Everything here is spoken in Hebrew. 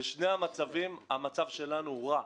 בשני המקרים המצב שלנו רע.